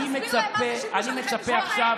הוא מצפה לידיים